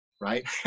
right